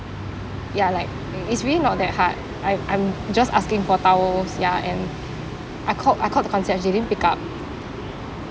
ya like it's really not that hard I I'm just asking for towels ya and I ca~ I called the concierge they didn't pick up